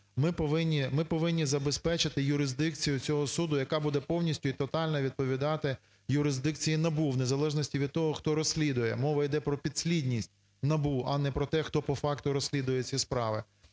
ми повинні забезпечити юрисдикцію цього суду, яка буде повністю і тотально відповідати юрисдикції НАБУ в незалежності від того, хто розслідує. Мова йде про підслідність НАБУ, а не про те, хто по факту розслідує ці справи.